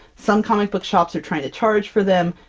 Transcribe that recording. some comic book shops are trying to charge for them,